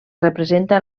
representa